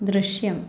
ദൃശ്യം